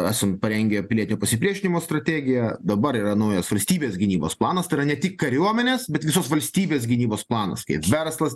esame parengę pilietinio pasipriešinimo strategiją dabar yra naujas valstybės gynybos planas tai yra ne tik kariuomenės bet visos valstybės gynybos planas kaip verslas